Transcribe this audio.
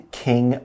king